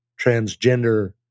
transgender